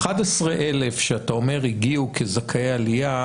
11,000 שאתה אומר שהגיעו כזכאי עלייה,